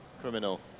Criminal